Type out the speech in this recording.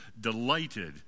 delighted